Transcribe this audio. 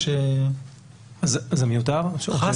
בבקשה.